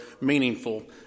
meaningful